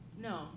no